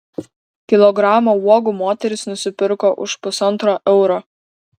kilogramą uogų moteris nusipirko už pusantro euro